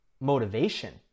motivation